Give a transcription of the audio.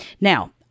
Now